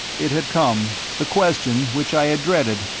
it had come, the question which i had dreaded,